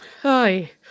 hi